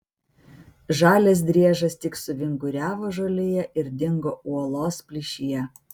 žalias driežas tik suvinguriavo žolėje ir dingo uolos plyšyje